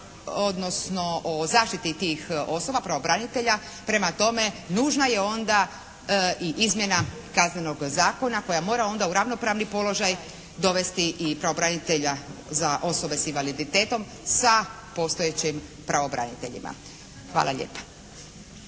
odnosno o zaštiti tih osoba pravobranitelja. Prema tome, nužna je onda i izmjena Kaznenog zakona koja mora onda u ravnopravni položaj dovesti i pravobranitelja za osobe s invaliditetom sa postojećim pravobraniteljima. Hvala lijepa.